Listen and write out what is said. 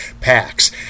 packs